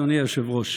אדוני היושב-ראש,